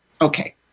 Okay